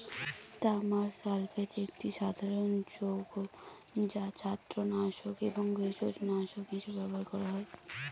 তামার সালফেট একটি সাধারণ যৌগ যা ছত্রাকনাশক এবং ভেষজনাশক হিসাবে ব্যবহার করা হয়